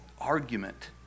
argument